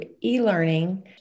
e-learning